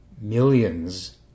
millions